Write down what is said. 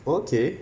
okay